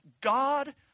God